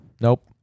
nope